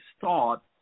thought